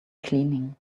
cleaning